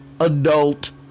adult